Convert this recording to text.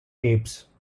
apes